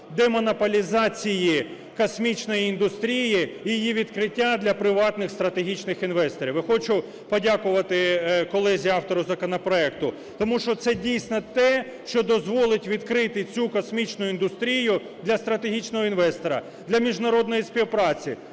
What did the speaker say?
демонополізації космічної індустрії і її відкриття для приватних стратегічних інвесторів, і хочу подякувати колезі автору законопроекту. Тому що це дійсно те, що дозволить відкрити цю космічну індустрію для стратегічного інвестора, для міжнародної співпраці,